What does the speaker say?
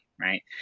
right